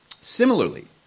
Similarly